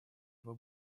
его